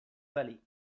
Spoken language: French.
vallée